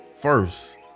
first